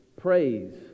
Praise